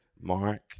Mark